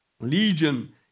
Legion